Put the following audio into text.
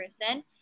person